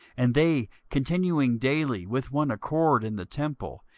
and they, continuing daily with one accord in the temple,